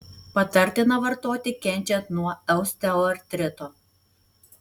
patartina vartoti kenčiant nuo osteoartrito